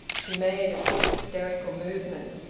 she made a quick hysterical movement.